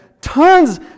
tons